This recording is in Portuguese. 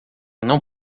não